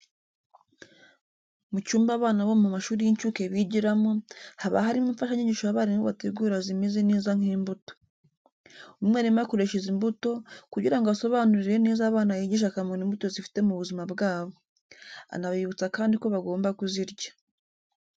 Mu cyumba abana bo mu mashuri y'incuke bigiramo, haba harimo imfashanyigisho abarimu bategura zimeze neza nk'imbuto. Umwarimu akoresha izi mbuto, kugira ngo asobanurire neza abana yigisha akamaro imbuto zifite mu buzima bwabo. Anabibutsa kandi ko bagomba kuzirya.